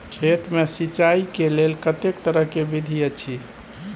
खेत मे सिंचाई के लेल कतेक तरह के विधी अछि?